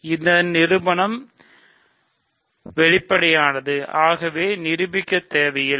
இது நிருபனம் வெளிப்படையானது ஆகவே நிரூபிக்க தேவையில்லை